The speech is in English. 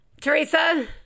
Teresa